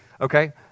Okay